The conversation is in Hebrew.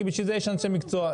כי בשביל זה יש אנשי מקצוע.